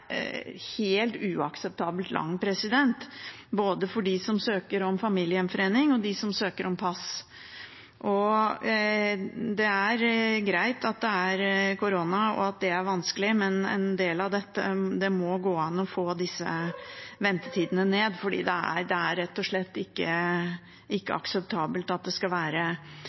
helt uakseptabelt lang, både for dem som søker om familiegjenforening, og for dem som søker om pass. Det er greit at det er korona, og at det er vanskelig, men det må gå an å få disse ventetidene ned, for det er rett og slett ikke akseptabelt at det skal være